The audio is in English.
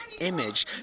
image